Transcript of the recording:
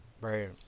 right